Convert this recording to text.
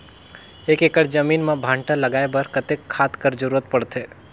एक एकड़ जमीन म भांटा लगाय बर कतेक खाद कर जरूरत पड़थे?